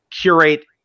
curate